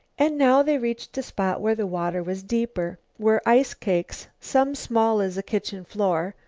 and now they reached a spot where the water was deeper, where ice-cakes, some small as a kitchen floor,